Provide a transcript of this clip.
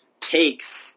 takes